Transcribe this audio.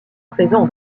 présent